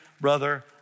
Brother